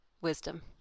wisdom